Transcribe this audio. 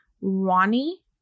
Ronnie